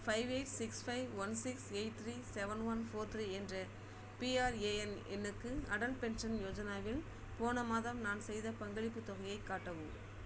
five eight six five one six eight three seven one four three என்ற PRAN எண்ணுக்கு Atal pension யோஜனாவில் போன மாதம் நான் செய்த பங்களிப்பு தொகையை காட்டவும்